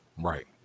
right